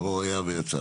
הוא היה ויצא.